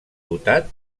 votat